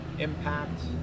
impact